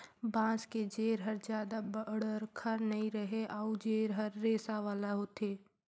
बांस के जेर हर जादा बड़रखा नइ रहें अउ जेर हर रेसा वाला होथे